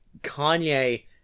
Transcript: Kanye